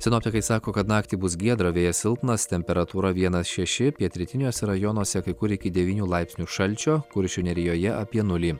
sinoptikai sako kad naktį bus giedra vėjas silpnas temperatūra vienas šeši pietrytiniuose rajonuose kai kur iki devynių laipsnių šalčio kuršių nerijoje apie nulį